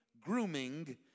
grooming